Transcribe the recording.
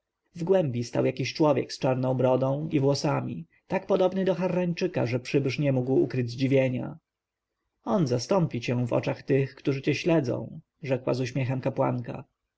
w głębi stał jakiś człowiek z czarną brodą i włosami tak podobny do harrańczyka że przybysz nie mógł ukryć zdziwienia on zastąpi cię w oczach tych którzy cię śledzą rzekła z uśmiechem kapłanka